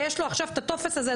ויש לו עכשיו את הטופס הזה,